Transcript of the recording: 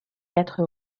quatre